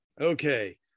okay